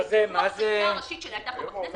כל חקיקה ראשית שהייתה פה בכנסת.